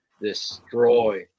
destroy